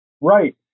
Right